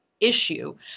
issue